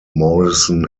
morrison